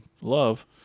love